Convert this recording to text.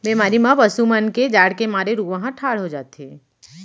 बेमारी म पसु मन के जाड़ के मारे रूआं ह ठाड़ हो जाथे